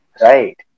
Right